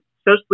socially